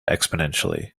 exponentially